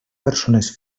persones